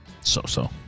So-so